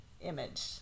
image